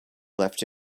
left